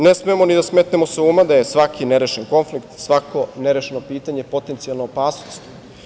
Ne smemo ni da smetnemo sa uma da je svaki nerešeni konflikt, svako nerešeno pitanje potencijalna opasnost.